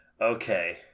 Okay